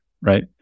right